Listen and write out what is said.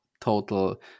total